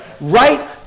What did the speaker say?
Right